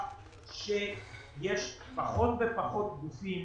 - שיש פחות ופחות גופים